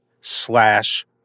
slash